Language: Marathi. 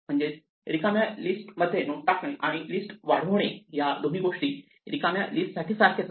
म्हणजेच रिकाम्या लिस्ट मध्ये नोड टाकणे आणि लिस्ट वाढविणे या दोन्ही गोष्टी रिकाम्या लिस्ट साठी सारखेच आहे